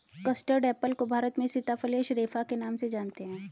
custard apple को भारत में सीताफल या शरीफा के नाम से जानते हैं